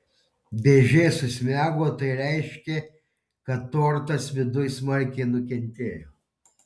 dėžė susmego o tai reiškė kad tortas viduj smarkiai nukentėjo